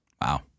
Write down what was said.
Wow